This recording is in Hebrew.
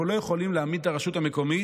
אנחנו לא יכולים להעמיד את הרשות המקומית